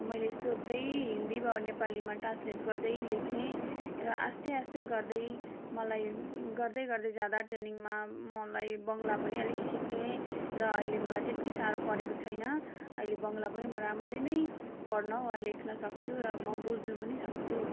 मैले सोध्दै हिन्दीमा वा नेपालीमा ट्रान्सलेट गर्दै लेख्थेँ र आस्तै आस्तै गर्दै मलाई गर्दै गर्दै जादाँ ट्रेनिङमा मलाई बङ्गला पनि अलिक सिकेँ र अहिले मलाई त्यति साह्रो परेको छैन अहिले बङ्गला पनि म राम्ररी नै पढन वा लेख्न सक्छु र म बुझ्न पनि सक्छु